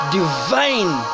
divine